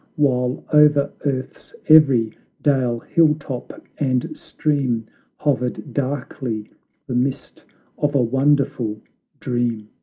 while over earth's every dale, hilltop and stream hovered darkly the mist of a wonderful dream.